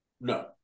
No